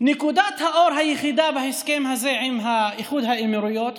נקודת האור היחידה בהסכם הזה עם איחוד האמירויות,